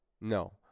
No